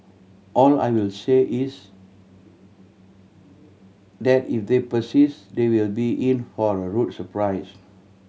all I will say is that if they persist they will be in for a rude surprise